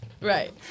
Right